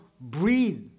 breathe